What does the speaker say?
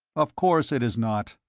of course it is not.